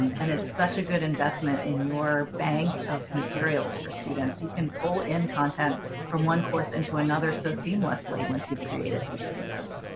um and it's such a good investment in your bank of materials for students. you can pull in content from one course into another so seamlessly once you've created these videos.